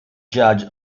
judge